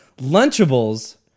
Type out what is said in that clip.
Lunchables